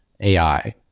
AI